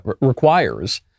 requires